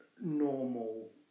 normal